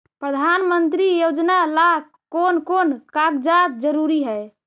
प्रधानमंत्री योजना ला कोन कोन कागजात जरूरी है?